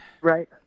right